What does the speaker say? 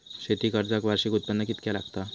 शेती कर्जाक वार्षिक उत्पन्न कितक्या लागता?